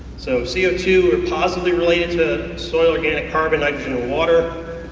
so c o two is positively related to soil organic carbon nitrogen and water,